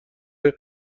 فنا